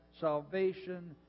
salvation